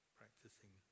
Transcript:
practicing